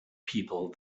people